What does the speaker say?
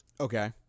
Okay